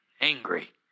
Angry